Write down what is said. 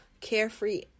Carefree